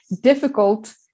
difficult